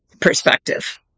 perspective